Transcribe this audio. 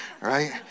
right